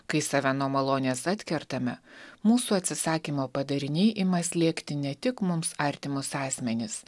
kai save nuo malonės atkertame mūsų atsisakymo padariniai ima slėgti ne tik mums artimus asmenis